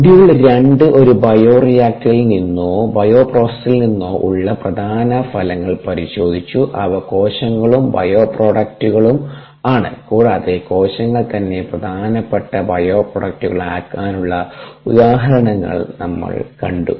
module രണ്ട് ഒരു ബയോറിയാക്റ്ററിൽ നിന്നോ ബയോപ്രോസസിൽ നിന്നോ ഉള്ള രണ്ട് പ്രധാന ഫലങ്ങൾ പരിശോധിച്ചു അവ കോശങ്ങളും ബയോപ്രൊഡക്ടുകളും ആണ് കൂടാതെ കോശങ്ങൾ തന്നെ പ്രധാനപ്പെട്ട ബയോപ്രൊഡക്ടുകളാകാനുള്ള ഉദാഹരണങ്ങൾ നമ്മൾ കണ്ടു